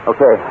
Okay